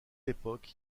époque